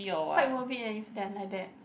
quite worth it eh if they're like that